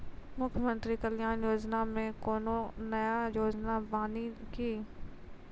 मुख्यमंत्री कल्याण योजना मे कोनो नया योजना बानी की?